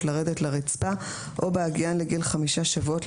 לרדת לרצפה או בהגיען לגיל חמישה שבועות,